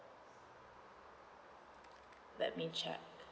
let me check